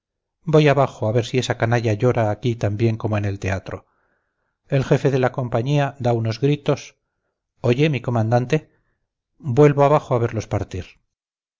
voy abajo a ver si esa canalla llora aquí tan bien como en el teatro el jefe de la compañía da unos gritos oye mi comandante vuelvo abajo a verlos partir